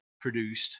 produced